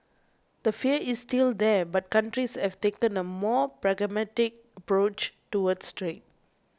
the fear is still there but countries have taken a more pragmatic approach towards trade